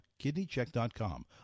kidneycheck.com